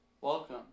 Welcome